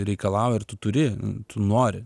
reikalauja ir tu turi tu nori